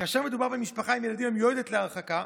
כאשר מדובר במשפחה עם ילדים המיועדת להרחקה,